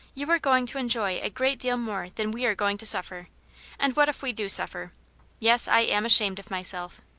you are going to enjoy a great deal more than we are going to suffer and what if we do suffer yes, i am ashamed of myself.